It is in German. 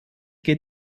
geht